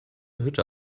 hütte